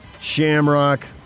Shamrock